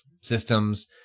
systems